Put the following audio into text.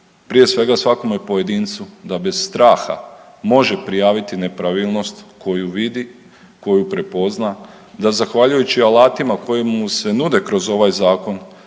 prije svega svakome pojedincu da bez straha može prijaviti nepravilnost koju vidi, koju prepozna, da zahvaljujući alatima koji mu se nude kroz ovaj zakon